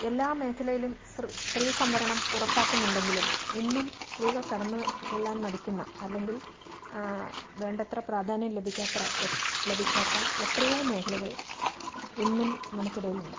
എല്ലാ മേഖലയിലും ശ്രു സ്ത്രീ സംവരണം ഉറപ്പാക്കുന്നുണ്ടങ്കിലും ഇന്നും സ്ത്രീകൾ കടന്ന് ചെല്ലാൻ മടിക്കുന്ന അല്ലെങ്കിൽ വേണ്ടത്ര പ്രധാന്യം ലഭിക്കാത്ര ലഭിക്കാത്ത എത്രയോ മേഖലകൾ ഇന്നും നമുക്കിടയിലുണ്ട്